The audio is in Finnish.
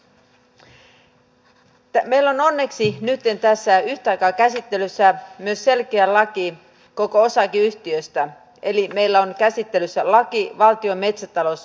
meillä on onneksi nytten yhtä aikaa käsittelyssä myös selkeä laki koko osakeyhtiöstä eli meillä on käsittelyssä laki valtion metsätalous osakeyhtiöstä